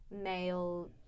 male